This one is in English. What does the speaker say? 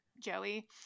joey